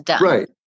Right